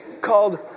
called